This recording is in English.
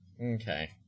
Okay